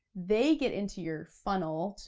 they get into your funnel,